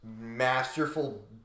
masterful